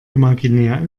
imaginär